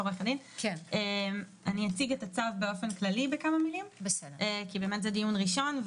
אני אציג את הצו באופן כללי בכמה מילים כי זה דיון ראשון,